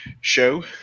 show